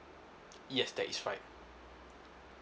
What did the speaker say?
yes that is right